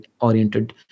oriented